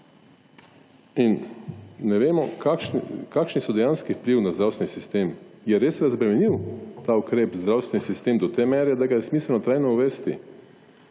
Ne vemo kakšen je dejanski vpliv na zdravstveni sistem. Je res razbremenil ta ukrep zdravstveni sistem do te mere, da ga je smiselno trajno uvesti?